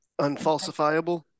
unfalsifiable